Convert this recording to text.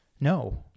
No